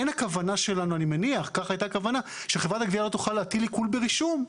אני מניח שאין הכוונה שחברת הגבייה לא תוכל להטיל עיקול ברישום.